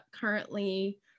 currently